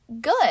good